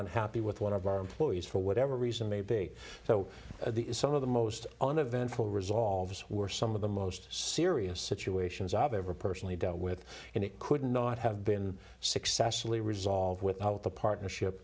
on happy with one of our employees for whatever reason may be so the some of the most on a vengeful resolves were some of the most serious situations i've ever personally dealt with and it could not have been successfully resolved without the partnership